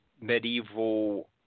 medieval